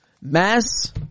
Mass